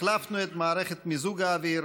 החלפנו את מערכת מיזוג האוויר,